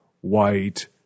white